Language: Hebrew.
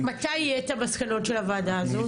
--- מתי יהיה את המסקנות של הוועדה הזו?